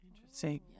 Interesting